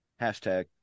Hashtag